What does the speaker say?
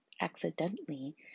accidentally